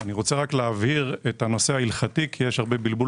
אני רוצה להבהיר את הנושא ההלכתי כי יש הרבה בלבול